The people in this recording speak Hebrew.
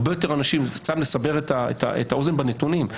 אני רוצה לסבר את האוזן ולתת קצת נתונים.